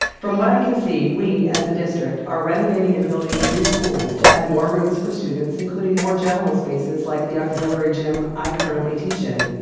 from what i can see, we, as a district, are renovating and building new schools to add more room for students, including more general spaces like the auxiliary gym i currently teach in.